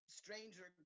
stranger